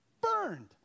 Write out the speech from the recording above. burned